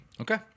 Okay